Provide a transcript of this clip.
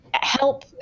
help